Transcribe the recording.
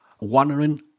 wandering